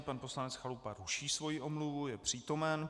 Pan poslanec Chalupa ruší svoji omluvu, je přítomen.